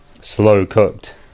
slow-cooked